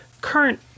current